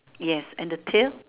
yes and the tail